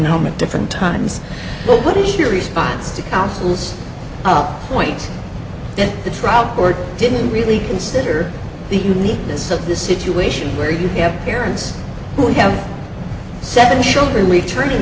home at different times but what is your response to councils up point that the trial court didn't really consider the uniqueness of this situation where you have parents who have seven children returning